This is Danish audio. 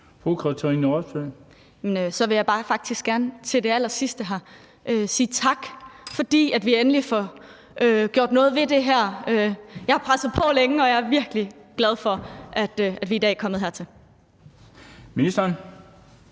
Katrine Robsøe (RV): Så vil jeg faktisk bare gerne her til sidst sige tak, fordi vi endelig får gjort noget ved det her. Jeg har presset på længe, og jeg er virkelig glad for, at vi i dag er kommet hertil. Kl.